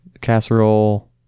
casserole